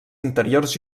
interiors